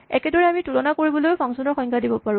একেদৰেই আমি তুলনা কৰিবলৈও ফাংচন ৰ সংজ্ঞা দিব পাৰোঁ